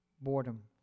Boredom